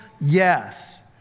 Yes